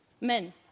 men